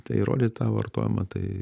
tai įrodyt tą vartojimą tai